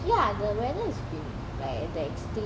ya the weather it been like at the extreme